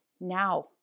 now